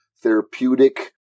therapeutic